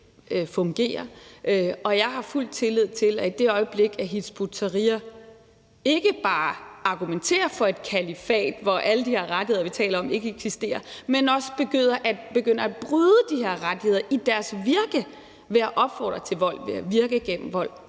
Jeg har fuld tillid til, at i det øjeblik Hizb ut-Tahrir ikke bare argumenterer for et kalifat, hvor alle de her rettigheder, vi taler om, ikke eksisterer, men også begynder at bryde de her rettigheder i deres virke ved at opfordre til vold og ved at virke gennem vold,